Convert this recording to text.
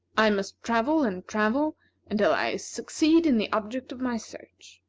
i must travel and travel until i succeed in the object of my search.